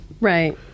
Right